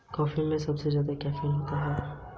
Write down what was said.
कीट प्रबंधन के तरीके क्या हैं?